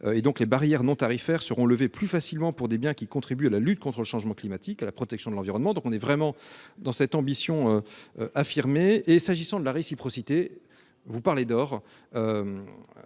les barrières non tarifaires seront levées plus facilement pour des biens qui contribuent à la lutte contre le changement climatique, à la protection de l'environnement. Nous nous inscrivons bien dans cette ambition affirmée. Quant à la réciprocité, vous parlez d'or.